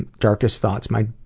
and darkest thoughts? my